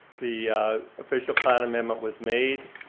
the official plan amendment was made.